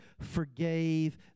forgave